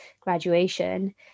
graduation